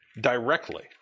directly